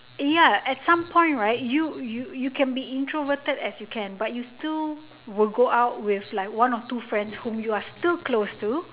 ya at some point right you you can be introverted as you can but you still will go out with like one or two friends whom you are still close to